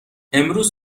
امروز